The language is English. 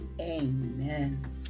Amen